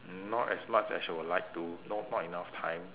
not as much as I would like to no not enough time